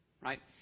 Right